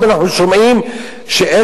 מה שאני רואה יום-יום,